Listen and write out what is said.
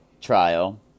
trial